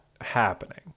happening